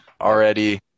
already